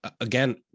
again